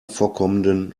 vorkommenden